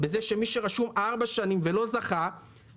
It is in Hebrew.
שמי שרשום ארבע שנים ולא זכה,